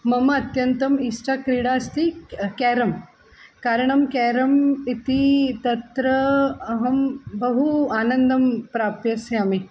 मम अत्यन्तम् इष्टतमा क्रीडा अस्ति किं केरं कारणं केरम् इति तत्र अहं बहु आनन्दं प्राप्स्यामि